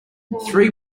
three